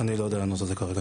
אני לא יודע לענות על זה כרגע.